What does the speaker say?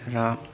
र